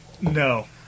No